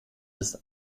bis